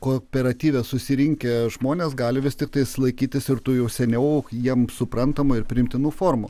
kooperatyve susirinkę žmonės gali vis tiktais laikytis tų jau seniau jiem suprantamų ir priimtinų formų